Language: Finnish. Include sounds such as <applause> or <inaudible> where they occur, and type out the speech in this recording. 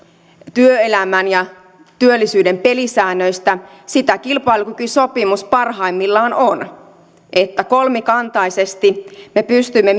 työelämän ja työllisyyden pelisäännöistä sitä kilpailukykysopimus parhaimmillaan on että kolmikantaisesti me pystymme <unintelligible>